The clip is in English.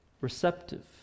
receptive